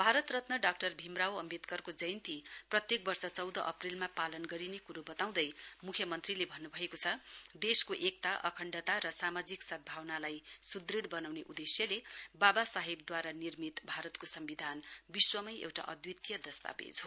Bharat Ratna doctor Bhim Rao अम्वेदकरको जयन्ती प्रत्येक वर्ष चौध अप्रेलमा पालन गरिने कुरो वताउँदै मुख्यमन्त्रीले भन्नभएको देशको एकता अखण्डता र सामाजिक सदभावनालाई सुदृढ़ वनाउने उदेश्यले वावा साहेब द्वारा निर्मित भारतको सम्विधान विश्वमै एउटा अद्वितीय दस्तावेज हो